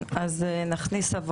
בעצם הסקופ שיצאנו איתו לדרך בתחילת